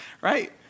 Right